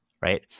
right